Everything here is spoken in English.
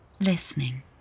listening